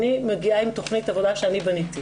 אני מגיעה עם תכנית עבודה שאני בניתי.